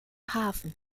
hafen